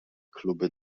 kluby